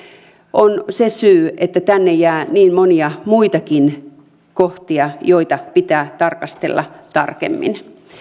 on se että tänne jää niin monia muitakin kohtia joita pitää tarkastella tarkemmin